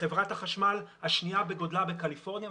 חברת החשמל השנייה בגודלה בקליפורניה,